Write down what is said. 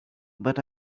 but